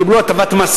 קיבלו הטבת מס,